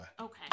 okay